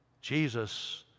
Jesus